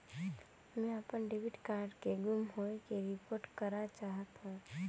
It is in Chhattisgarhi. मैं अपन डेबिट कार्ड के गुम होवे के रिपोर्ट करा चाहत हों